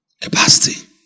Capacity